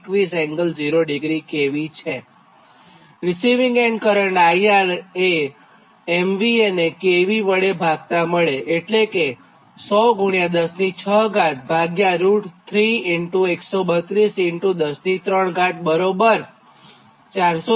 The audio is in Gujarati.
રીસિવીંગ એન્ડ કરંટ IR એ MVA ને kV વડે ભાગતા મળે એટલે કે 1001063132103 બરાબર 437